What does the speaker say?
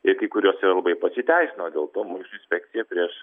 ir kai kuriuose labai pasiteisino dėl to mokesčių inspekcija prieš